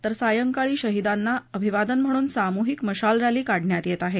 तर सायंकाळी शहिदांना अभिवादन म्हणून सामूहिक मशाल रस्ती काढण्यात येत आहे